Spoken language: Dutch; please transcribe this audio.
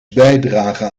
bijdragen